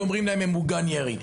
ואומרים להם שזה ממוגן ירי,